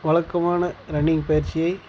வழக்கமான ரன்னிங் பயிற்சியை